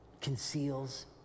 conceals